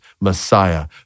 Messiah